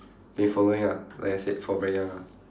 been following ah like I said from very young ah